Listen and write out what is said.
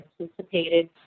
anticipated